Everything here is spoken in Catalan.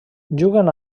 juguen